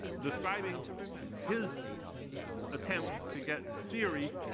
describing his attempt to get theory,